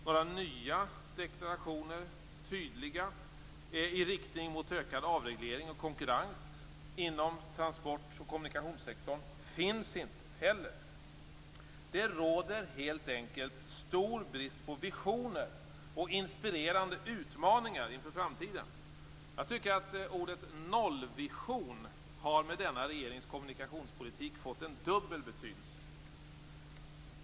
Några nya, tydliga deklarationer i riktning mot ökad avreglering och konkurrens inom transport och kommunikationssektorn finns inte. Det råder helt enkelt stor brist på visioner och inspirerande utmaningar inför framtiden. Ordet nollvision har med denna regerings kommunikationspolitik fått en dubbel betydelse.